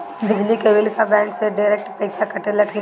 बिजली के बिल का बैंक से डिरेक्ट पइसा कटेला की नाहीं?